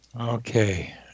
Okay